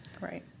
Right